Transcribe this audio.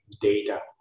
data